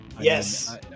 Yes